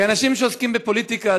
כאנשים שעוסקים בפוליטיקה,